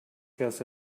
has